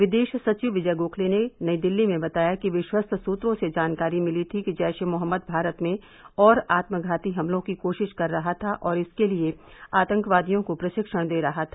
विदेश सचिव विजय गोखले ने नई दिल्ली में बताया कि विश्वस्त सूत्रों से जानकारी मिली थी कि जैश ए मोहम्मद भारत में और आत्मघाती हमलों की कोशिश कर रहा था और इसके लिए आतंकवादियों को प्रशिक्षण दे रहा था